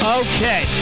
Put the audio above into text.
okay